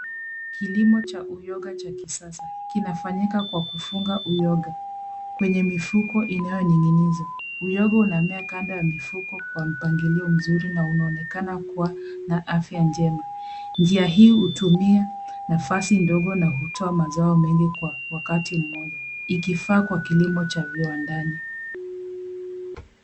Kilimo cha uyoga cha kisasa kinafanyika kwa kufunga uyoga kwenye mifuko inayoning'inizwa. Uyoga unamea kando ya mfuko kwa mpangilio mzuri na unaonekana kuwa na afya njema. Njia hii hutumia nafasi ndogo na hutoa mazao mengi kwa wakati mmoja ikifaa kwa kilimo cha viwandani.